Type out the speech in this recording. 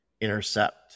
intercept